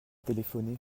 téléphoné